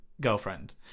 girlfriend